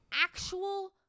actual